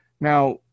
Now